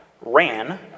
ran